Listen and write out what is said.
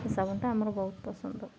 ଏ ସାବୁନଟା ଆମର ବହୁତ ପସନ୍ଦ